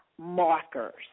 markers